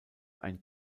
ein